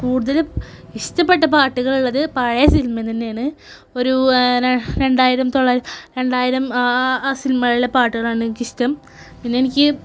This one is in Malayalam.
കൂടുതൽ ഇഷ്ടപ്പെട്ട പാട്ടുകൾ ഉള്ളത് പഴയ സിനിമയിൽ തന്നെയാണ് ഒരു രണ്ടായിരം രണ്ടായിരം ആ സിനിമകളിലെ പാട്ടുകളാണെനിക്കിഷ്ടം പിന്നെ എനിക്ക്